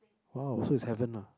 !wow! so is heaven lah